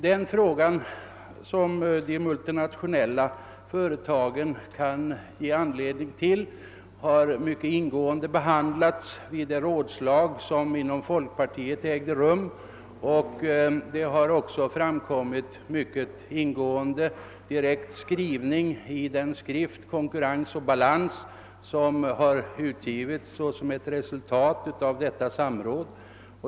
De problem som de multinationella företagen kan ge upphov till har mycket ingående behandlats vid ett rådslag inom folkpartiet, och de har blivit föremål för en mycket ingående direkt behandling i den skrift — »Konkurrens och balans» — som utgivits som ett resultat av detta samråd.